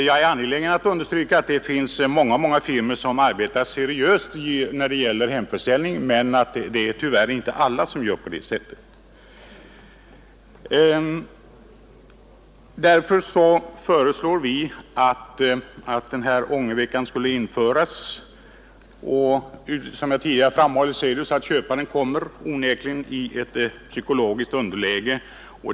Jag är angelägen om att understryka att det finns många firmor som arbetar seriöst när det gäller hemförsäljning men att tyvärr inte alla gör på det sättet. Därför föreslår vi att denna ångervecka skulle införas. Som jag tidigare har framhållit kommer köparen onekligen i ett psykologiskt underläge.